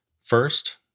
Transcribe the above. First